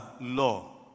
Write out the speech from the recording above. law